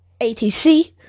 ATC